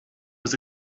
was